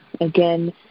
Again